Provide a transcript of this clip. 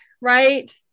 right